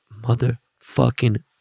motherfucking